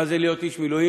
מה זה להיות איש מילואים,